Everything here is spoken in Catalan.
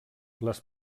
les